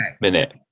minute